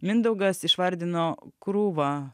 mindaugas išvardino krūvą